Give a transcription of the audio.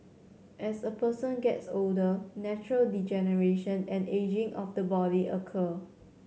as a person gets older natural degeneration and ageing of the body occur